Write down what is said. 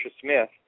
Smith